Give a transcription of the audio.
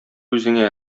үзеңә